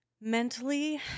mentally